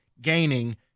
gaining